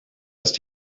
ist